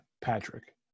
Patrick